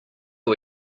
are